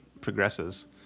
progresses